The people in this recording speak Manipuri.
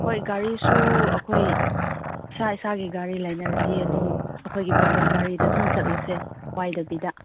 ꯍꯣꯏ ꯒꯥꯔꯤꯁꯨ ꯑꯩꯈꯣꯏ ꯏꯁꯥ ꯏꯁꯥꯒꯤ ꯒꯥꯔꯤ ꯂꯩꯅꯔꯗꯤ ꯑꯗꯨꯝ ꯑꯩꯈꯣꯏꯒꯤ ꯄ꯭ꯔꯥꯏꯕꯦꯠ ꯒꯥꯔꯤꯗ ꯑꯗꯨꯝ ꯆꯠꯂꯁꯦ ꯋꯥꯏꯗꯕꯤꯗ